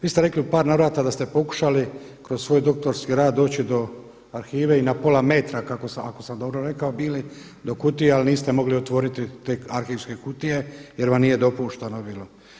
Vi ste rekli u par navrata da ste pokušali kroz svoj doktorski rad doći do arhive i na pola metra, ako sam dobro rekao, bili do kutije ali niste mogli otvoriti te arhivske kutije jer vam nije dopušteno bilo.